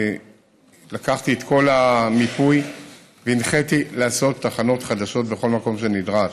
אני לקחתי את כל המיפוי והנחיתי לעשות תחנות חדשות בכל מקום שנדרש.